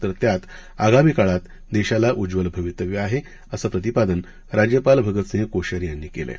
तर त्यात आगामी काळात देशाला उज्ज्वल भवितव्य आहे असं प्रतिपादन राज्यपाल भगतसिंह कोश्यारी यांनी केलं आहे